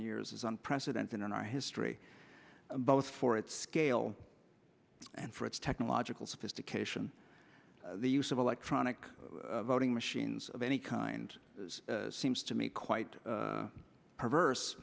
years is unprecedented in our history both for its scale and for its technological sophistication the use of electronic voting machines of any kind seems to me quite perverse